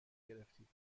گرفتید